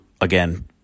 again